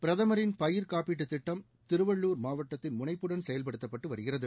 பிரதமரின் பயிர் காப்பீட்டு திட்டம் திருவள்ளுர் மாவட்டத்தில் முனைப்புடன் செயல்படுத்தப்பட்டு வருகிறது